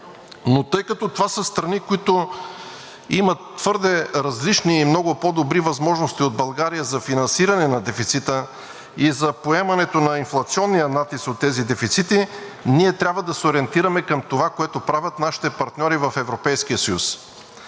Но тъй като това са страни, които имат твърде различни и много по-добри възможности от България за финансиране на дефицита и за поемането на инфлационния натиск от тези дефицити, ние трябва да се ориентираме към това, което правят нашите партньори в Европейския съюз.